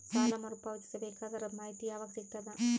ಸಾಲ ಮರು ಪಾವತಿಸಬೇಕಾದರ ಅದರ್ ಮಾಹಿತಿ ಯವಾಗ ಸಿಗತದ?